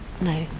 No